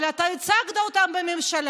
אבל אתה הצגת אותם בממשלה.